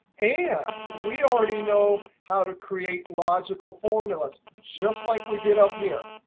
and we already know how to create logical formulas just like we did up here.